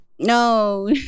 No